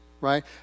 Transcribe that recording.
right